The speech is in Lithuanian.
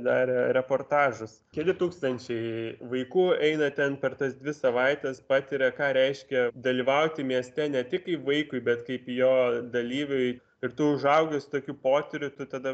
darė reportažus keli tūkstančiai vaikų eina ten per tas dvi savaites patiria ką reiškia dalyvauti mieste ne tik kaip vaikui bet kaip jo dalyviui ir tu užaugęs tokių potyrių tu tada